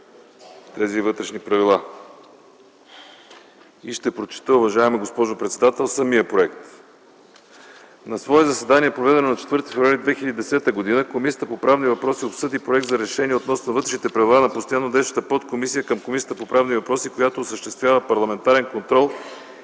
тези вътрешни правила. Уважаема госпожо председател, ще прочета и самия проект. „На свое заседание, проведено на 4 февруари 2010 г., Комисията по правни въпроси обсъди Проект за решение относно вътрешни правила на Постоянно действащата подкомисия към Комисията по правни въпроси, която осъществява парламентарен контрол